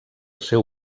seu